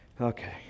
Okay